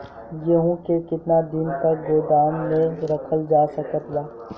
गेहूँ के केतना दिन तक गोदाम मे रखल जा सकत बा?